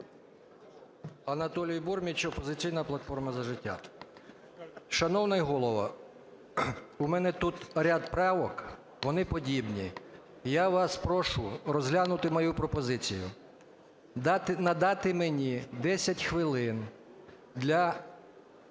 Анатолі Бурміч, "Опозиційна платформа - За життя". Шановний Голово, у мене тут ряд правок, вони подібні. І я вас прошу розглянути мою пропозицію. Надати мені 10 хвилин для